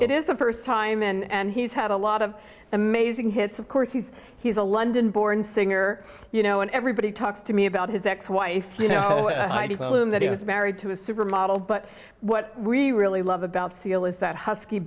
it is the first time and he's had a lot of amazing hits of course he's he's a london born singer you know and everybody talks to me about his ex wife you know that he was married to a supermodel but what we really love about seal is that husky